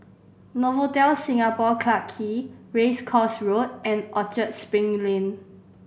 Novotel Singapore Clarke Quay Race Course Road and Orchard Spring Lane